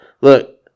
Look